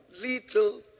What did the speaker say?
Little